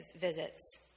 visits